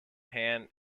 pan